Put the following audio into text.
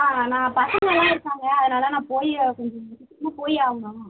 நான் பசங்கெல்லாம் இருக்காங்க அதனால் நான் போய் கொஞ்சம் போய் ஆகணும்